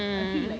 mm